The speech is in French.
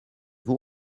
vous